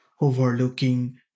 overlooking